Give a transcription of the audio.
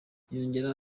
yongeraho